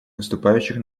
выступающих